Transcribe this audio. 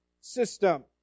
system